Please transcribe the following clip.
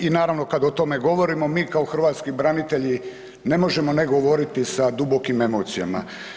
I naravno kad o tome govorimo mi kao hrvatski branitelji ne možemo ne govoriti sa dubokim emocijama.